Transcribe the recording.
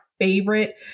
favorite